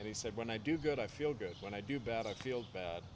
and he said when i do good i feel good when i do bad i feel bad